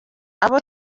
abo